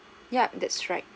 ya that's right